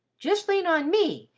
just lean on me,